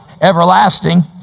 everlasting